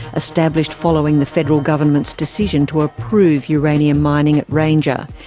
established following the federal government's decision to approve uranium mining at ranger.